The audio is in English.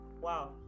Wow